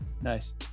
Nice